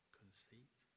conceit